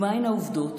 ומהן העובדות?